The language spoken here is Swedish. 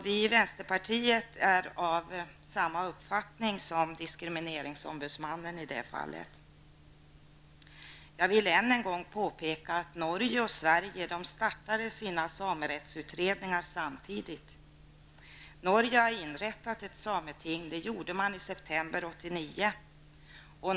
Vi i vänsterpartiet är av samma uppfattning som diskrimineringsombudsmannen i det fallet. Jag vill än en gång påpeka att Norge och Sverige startade sina samerättsutredningar samtidigt. Norge har inrättat ett sameting. Det gjorde man i september 1989.